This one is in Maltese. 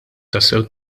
tassew